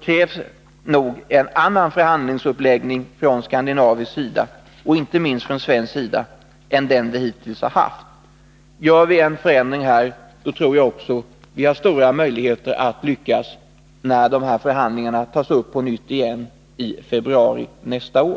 krävs nog en annan förhandlingsuppläggning från skandinavisk sida — inte minst från svensk sida — än den vi hittills har haft. Åstadkommer vi en förändring här, tror jag vi har stora möjligheter att lyckas när förhandlingarna tas upp på nytt i februari nästa år.